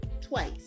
twice